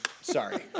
Sorry